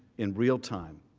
in real time.